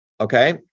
Okay